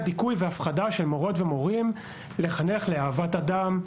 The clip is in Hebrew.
דיכוי והפחדה של מורות ומורים לחנך לאהבת אדם,